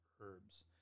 herbs